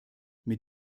mit